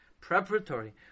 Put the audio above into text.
preparatory